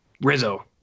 Rizzo